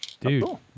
Dude